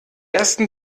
ersten